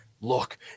look